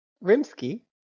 Rimsky